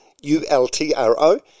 U-L-T-R-O